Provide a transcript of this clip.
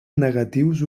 negatius